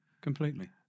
completely